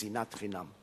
שנאת חינם.